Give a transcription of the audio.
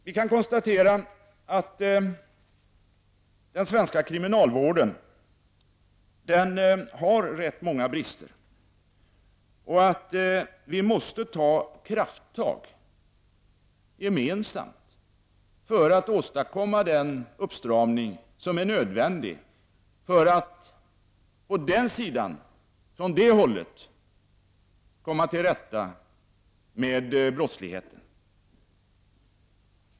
Vi kan konstatera att den svenska kriminalvården har rätt många brister. Vi måste gemensamt ta krafttag för att åstadkomma den uppstramning som är nödvändig för att på så sätt komma till rätta med brottsligheten.